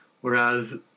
Whereas